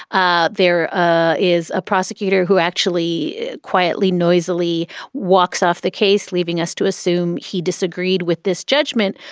ah there ah is a prosecutor who actually quietly, noisily walks off the case, leaving us to assume he disagreed with this judgment.